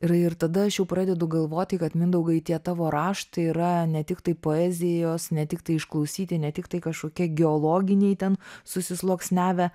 ir ir tada aš jau pradedu galvoti kad mindaugai tie tavo raštai yra ne tiktai poezijos ne tiktai išklausyti ne tiktai kažkokie geologiniai ten susisluoksniavę